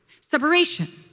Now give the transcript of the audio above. Separation